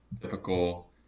typical